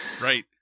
Right